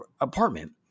apartment